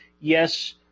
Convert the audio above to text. yes